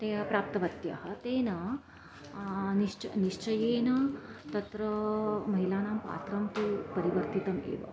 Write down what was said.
ते प्राप्तवत्यः तेन निश्च निश्चयेन तत्र महिलानां पात्रं तु परिवर्तितम् एव